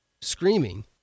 screaming